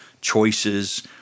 choices